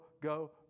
go